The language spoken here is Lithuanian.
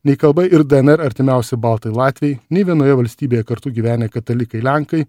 nei kalba ir dnr artimiausi baltai latviai nei vienoje valstybėje kartu gyvenę katalikai lenkai